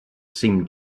seemed